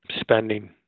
spending